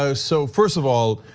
so so first of all